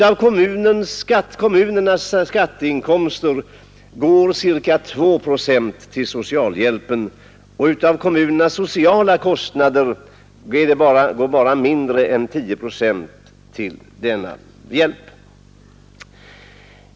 Av kommunernas skatteinkomster går ca 2 procent till socialhjälpen och av kommunernas sociala kostnader går mindre än 10 procent till denna hjälp.